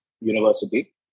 University